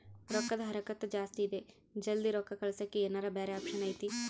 ರೊಕ್ಕದ ಹರಕತ್ತ ಜಾಸ್ತಿ ಇದೆ ಜಲ್ದಿ ರೊಕ್ಕ ಕಳಸಕ್ಕೆ ಏನಾರ ಬ್ಯಾರೆ ಆಪ್ಷನ್ ಐತಿ?